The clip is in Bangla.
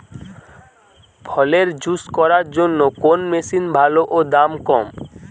ফলের জুস করার জন্য কোন মেশিন ভালো ও দাম কম?